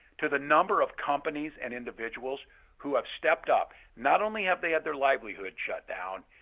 to the number of companies and individuals who have stepped up, not only have they had their livelihood shut down,